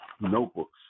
notebooks